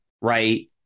right